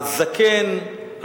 הזקן,